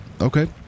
okay